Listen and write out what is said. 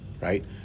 right